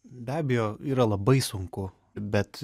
be abejo yra labai sunku bet